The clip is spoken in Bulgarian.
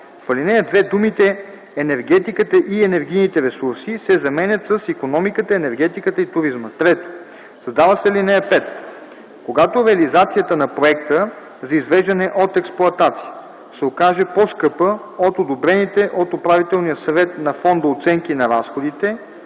В ал. 2 думите „енергетиката и енергийните ресурси” се заменят с „икономиката, енергетиката и туризма”. 3. Създава се ал. 5: „(5) Когато реализацията на проекта за извеждане от експлоатация се окаже по-скъпа от одобрените от управителния съвет на фонда оценки на разходите,